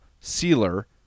Sealer